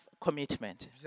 commitment